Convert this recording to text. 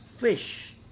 fish